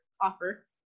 offer